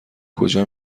کجا